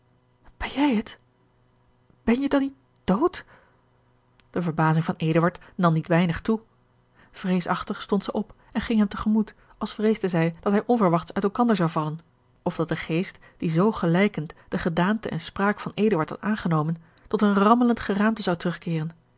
ben jij het ben je dan niet dood de verbazing van eduard nam niet weinig toe vreesachtig stond zij op en ging hem te gemoet als vreesde zij dat hij onverwachts uit elkander zou vallen of dat de geest die zoo gelijkend de gedaante en spraak van eduard had aangenomen tot een rammelend geraamte zou terugkeeren